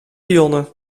pionnen